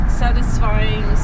satisfying